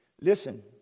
Listen